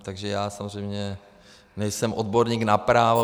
Takže já samozřejmě nejsem odborník na právo.